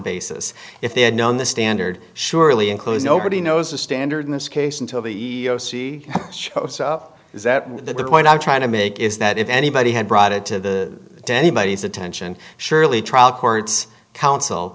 basis if they had known the standard surely includes nobody knows the standard in this case until the e e o c shows up is that the good point i'm trying to make is that if anybody had brought it to the denny bodies attention surely trial courts coun